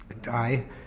die